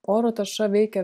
oro tarša veikia